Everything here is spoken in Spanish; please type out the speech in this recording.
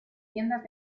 tiendas